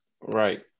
Right